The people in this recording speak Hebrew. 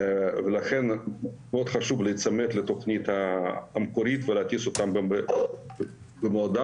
לכן חשוב להיצמד לתוכנית המקורית ולהטיס אותם בזמן.